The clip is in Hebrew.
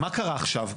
מה קרה עכשיו?